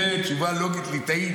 זאת תשובה לוגית ליטאית